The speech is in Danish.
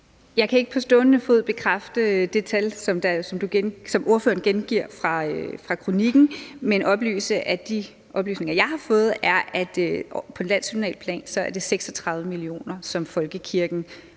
Jeg kan ikke på stående fod bekræfte det tal, som ordføreren gengiver fra kronikken, men jeg kan oplyse, at ifølge de oplysninger, jeg har fået, er det på landsplan 36 mio. kr., som folkekirken